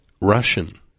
Russian